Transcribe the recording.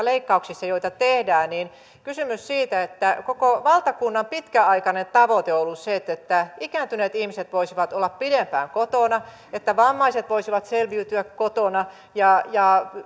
leikkauksissa joita nyt tehdään kysymys siitä että koko valtakunnan pitkäaikainen tavoite on ollut se että että ikääntyneet ihmiset voisivat olla pidempään kotona että vammaiset voisivat selviytyä kotona ja ja